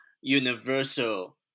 universal